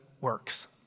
works